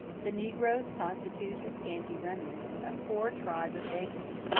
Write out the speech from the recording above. the negroes constitute a scanty remnant, a poor tribe of vagrants,